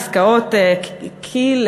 עסקאות כי"ל,